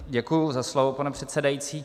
Děkuju za slovo, pane předsedající.